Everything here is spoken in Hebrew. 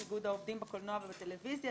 איגוד העובדים בקולנוע ובטלוויזיה,